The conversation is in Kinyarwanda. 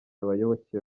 abayoboke